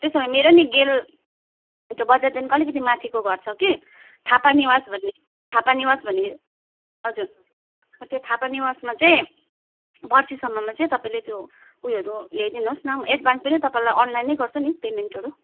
त्यसो भए मेरो नि गेल बजारदेखिको अलिकति माथिको घर छ कि थापा निवास भन्ने थापा निवास भन्ने हजुर त्यो थापा निवासमा चाहिँ पर्सीसम्ममा चाहिँ तपाईँले त्यो उयोहरू ल्याइदिनुहोस् न एडभान्स पनि तपाईँलाई अनलाइन नै गर्छु नि पेमेन्टहरू